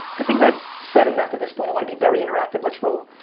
i think i've said enough at this point. i wanna be very interactive. let's roll.